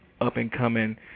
up-and-coming